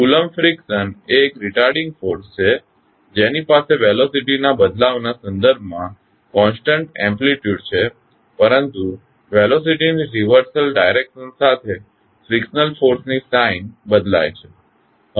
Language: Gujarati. કુલંબ ફ્રીકશન એ એક રિટાર્ડિંગ ફોર્સ છે જેની પાસે વેલોસીટીના બદલાવ ના સંદર્ભમાં કોન્સટન્ટ એમ્પ્લીટ્યુડ છે પરંતુ વેલોસીટીની રીવર્સલ ડિરેક્શન સાથે ફ્રીકશન ફોર્સની સાઇન બદલાય છે